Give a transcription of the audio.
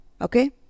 Okay